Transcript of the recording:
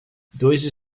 dois